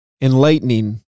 enlightening